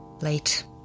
Late